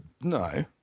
No